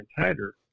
tighter